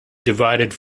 divided